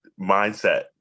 mindset